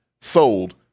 Sold